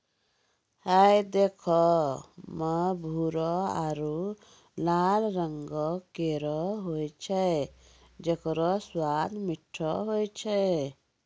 हय देखै म भूरो आरु लाल रंगों केरो होय छै जेकरो स्वाद मीठो होय छै